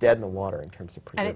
dead in the water in terms of credit i